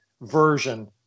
version